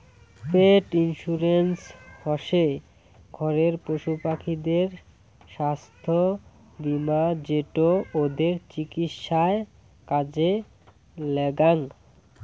পেট insurance হসে ঘরের পশুপাখিদের ছাস্থ্য বীমা যেটো ওদের চিকিৎসায় কাজে লাগ্যাং